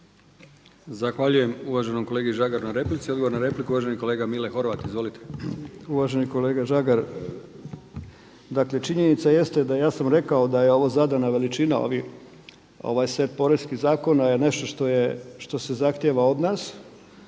Zahvaljujem uvaženom kolegi Žagaru na replici. Odgovor na repliku uvaženi kolega Mile Horvat. Izvolite. **Horvat, Mile (SDSS)** Uvaženi kolega Žagar, dakle činjenica jeste, ja sam rekao da je ovo zadana veličina ovih, ovaj set poreskih zakona je nešto što se zahtjeva od nas